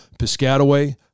Piscataway